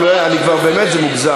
אבל באמת זה כבר מוגזם.